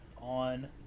on